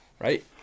Right